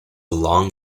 long